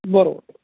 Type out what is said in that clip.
बरोबर